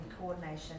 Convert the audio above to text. coordination